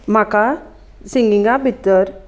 म्हाका सिंगिंगा भितर